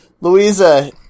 Louisa